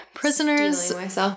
Prisoners